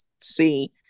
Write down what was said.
see